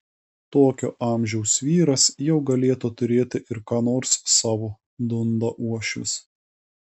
tokio amžiaus vyras jau galėtų turėti ir ką nors savo dunda uošvis